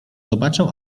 zobaczę